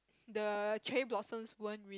the cherry blossom won't real~